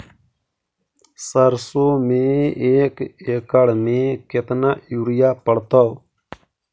सरसों में एक एकड़ मे केतना युरिया पड़तै?